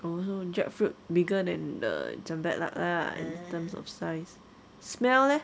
mmhmm jackfruit bigger than the cempedak lah in terms of size smell leh